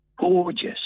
gorgeous